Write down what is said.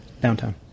Downtown